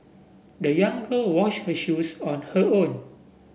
the young girl wash her shoes on her own